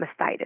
mastitis